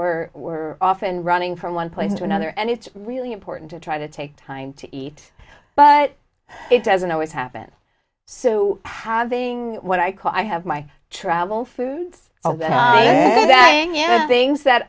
we're we're often running from one place to another and it's really important to try to take time to eat but it doesn't always happen so having what i call i have my travel foods things that